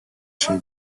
şey